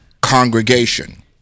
congregation